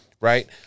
Right